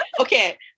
Okay